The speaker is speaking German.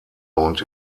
und